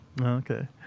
Okay